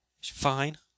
fine